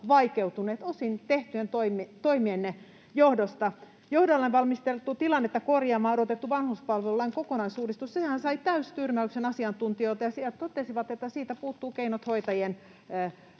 osin tekemienne toimien johdosta. Johdollanne valmisteltu, tilannetta korjaamaan odotettu vanhuspalvelulain kokonaisuudistus sai täystyrmäyksen asiantuntijoilta, ja siellä totesivat, että siitä puuttuvat keinot hoitajien